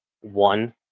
one